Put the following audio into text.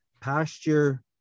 pasture